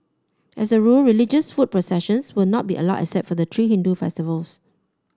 as a rule religious foot processions will not be allowed except for the three Hindu festivals